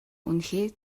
үнэхээр